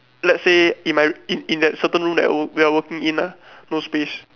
let's say in my in in that certain room that we we are working in ah no space